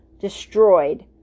destroyed